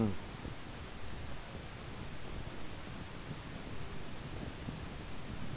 mm